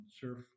surf